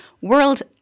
world